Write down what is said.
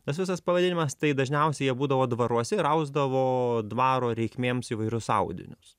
tas visas pavadinimas tai dažniausiai jie būdavo dvaruose ir ausdavo dvaro reikmėms įvairius audinius